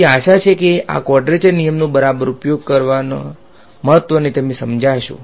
તેથી આશા છે કે આ ક્વાડ્રેચર નિયમનો બરાબર ઉપયોગ કરવાના મહત્વને તમે સમજ્યા હશો